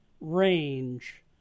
range